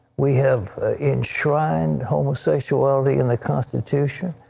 we have enshrined homosexuality in the constitution.